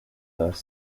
last